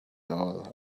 all